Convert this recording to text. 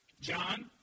John